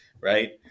right